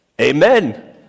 Amen